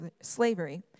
slavery